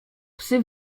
psy